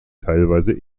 teilweise